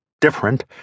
different